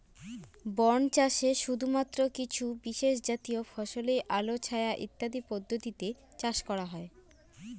বন চাষে শুধুমাত্র কিছু বিশেষজাতীয় ফসলই আলো ছায়া ইত্যাদি পদ্ধতিতে চাষ করা হয়